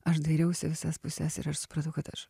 aš dairiausi į visas puses ir aš supratau kad aš